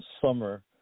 summer